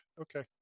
okay